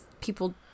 people